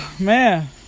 man